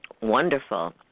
wonderful